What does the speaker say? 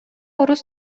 орус